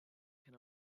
can